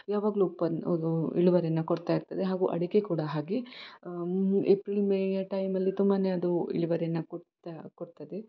ಯಾವಾಗಲೂ ಪನ್ ಅದು ಇಳುವರಿಯನ್ನು ಕೊಡ್ತಾ ಇರ್ತದೆ ಹಾಗೂ ಅಡಿಕೆ ಕೂಡ ಹಾಗೆ ಏಪ್ರಿಲ್ ಮೇಯ ಟೈಮಲ್ಲಿ ತುಂಬಾ ಅದು ಇಳುವರಿನ ಕೊಡ್ತಾ ಕೊಡ್ತದೆ